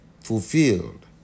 fulfilled